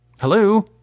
Hello